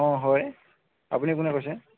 অ হয় আপুনি কোনে কৈছে